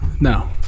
No